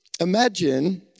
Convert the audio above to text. imagine